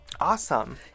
Awesome